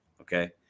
okay